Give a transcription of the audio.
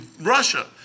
Russia